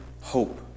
hope